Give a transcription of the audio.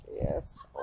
Yes